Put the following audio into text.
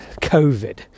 Covid